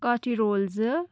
کاٹھی roll زٕ